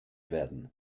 werden